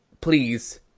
please